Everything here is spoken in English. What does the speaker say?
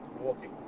Walking